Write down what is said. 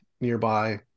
nearby